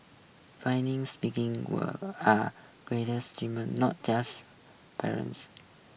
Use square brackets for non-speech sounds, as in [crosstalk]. [unintelligible] speaking were are [unintelligible] not just parents